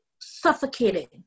suffocating